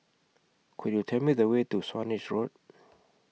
Could YOU Tell Me The Way to Swanage Road